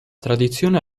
tradizione